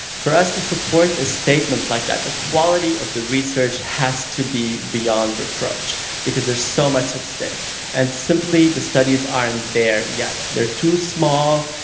for us to support a statement like that, the quality of the research has to be beyond reproach because there's so much at stake and simply the studies aren't there yet. they're too small,